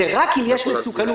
רק אם יש מסוכנות,